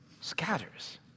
scatters